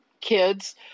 kids